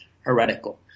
heretical